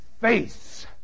face